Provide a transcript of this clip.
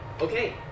Okay